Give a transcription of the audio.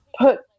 put